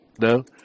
No